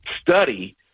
study